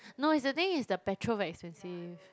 no is the thing is the petrol very expensive